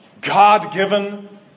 God-given